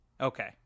okay